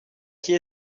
qui